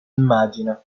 immagina